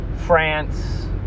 France